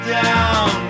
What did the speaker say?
down